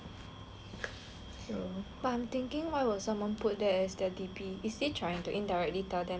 but I'm thinking why would someone put that as their D_P is he trying to indirectly tell them them like !hey!